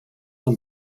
amb